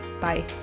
Bye